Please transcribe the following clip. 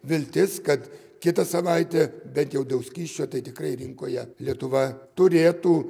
viltis kad kitą savaitę bent jau dėl skysčio tai tikrai rinkoje lietuva turėtų